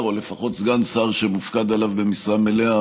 או לפחות סגן שר שמפוקד עליו במשרה מלאה,